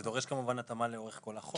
זה דורש כמובן התאמה לאורך כל החוק.